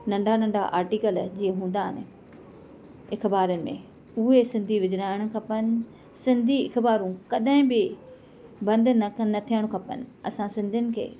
नंढा नंढा आर्टिकल जीअं हूंदा आहिनि अख़बारनि में उहे सिंधी विझराइण खपनि सिंधी अख़बारूं कॾहिं बि बंदि न कंद न थियणु खपनि असां सिंधीयुनि खे